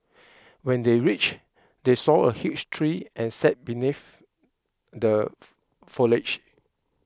when they reached they saw a huge tree and sat beneath the foliage